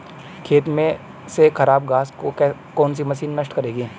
खेत में से खराब घास को कौन सी मशीन नष्ट करेगी?